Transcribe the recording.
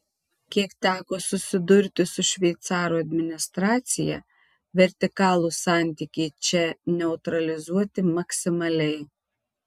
kiek teko susidurti su šveicarų administracija vertikalūs santykiai čia neutralizuoti maksimaliai